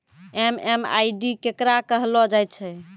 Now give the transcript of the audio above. MMID केकरा कहलो जाय छै